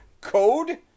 code